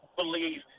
believe